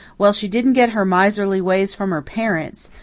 well, she didn't get her miserly ways from her parents.